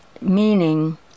meaning